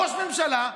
ראש ממשלה,